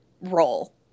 role